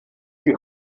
die